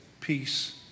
peace